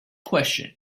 question